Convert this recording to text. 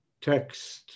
text